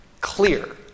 clear